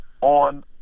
On